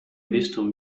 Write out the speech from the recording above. bistum